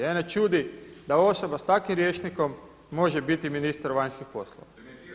Mene čudi da osoba sa takvim rječnikom može biti ministar vanjskih poslova.